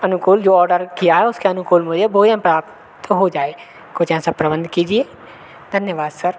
अनुकूल जो ऑडर किया है उसके अनुकूल मुझे भोजन प्राप्त हो जाए कुछ ऐसा प्रबंध कीजिए धन्यवाद सर